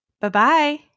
Bye-bye